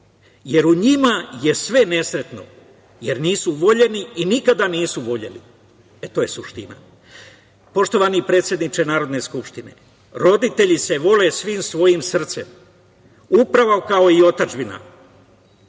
jer u njima je sve nesrećno jer nisu voljeni i nikada nisu voleli. To je suština. Poštovani predsedniče Narodne skupštine, roditelji se vole svim svojim srcem, upravo kao i otadžbina.